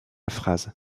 phrase